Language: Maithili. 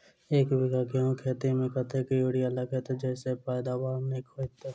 एक बीघा गेंहूँ खेती मे कतेक यूरिया लागतै जयसँ पैदावार नीक हेतइ?